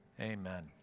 amen